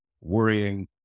worrying